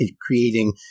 creating